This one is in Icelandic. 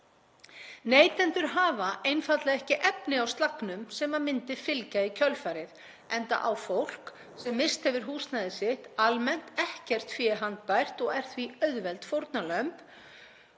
Neytendur hafa einfaldlega ekki efni á slagnum sem myndi fylgja í kjölfarið, enda á fólk sem misst hefur húsnæði sitt almennt ekkert fé handbært og er því auðveld fórnarlömb.